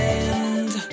end